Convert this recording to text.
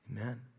Amen